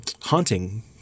haunting